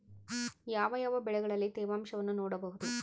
ಯಾವ ಯಾವ ಬೆಳೆಗಳಲ್ಲಿ ತೇವಾಂಶವನ್ನು ನೋಡಬಹುದು?